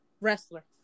wrestler